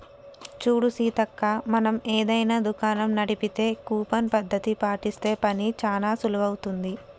చూడు సీతక్క మనం ఏదైనా దుకాణం నడిపితే కూపన్ పద్ధతి పాటిస్తే పని చానా సులువవుతుంది